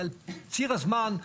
על ציר הזמן,